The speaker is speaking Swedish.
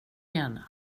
igen